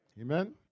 Amen